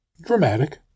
dramatic